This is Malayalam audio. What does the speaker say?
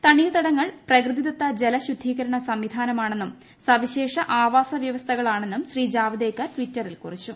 തൂണ്ണീർത്തടങ്ങൾ പ്രകൃതിദത്ത ജല ശുദ്ധീകർണ് സ്ംവിധാനമാണെന്നും സവിശേഷ ആവാസവൃവ്സ്ഥ്കൾ ആണെന്നും ശ്രീ ജാവദേക്കർ ട്വിറ്ററിൽ കുറിച്ചു